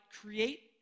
create